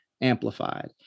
amplified